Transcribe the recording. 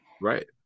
right